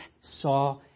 saw